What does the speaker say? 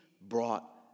brought